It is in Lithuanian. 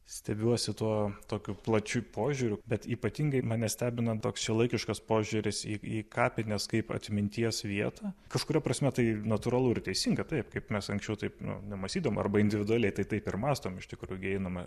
stebiuosi tuo tokiu plačiu požiūriu bet ypatingai mane stebina toks šiuolaikiškas požiūris į į kapines kaip atminties vietą kažkuria prasme tai natūralu ir teisinga taip kaip mes anksčiau taip nemąstydavom arba individualiai tai taip ir mąstom iš tikrųjų gi einame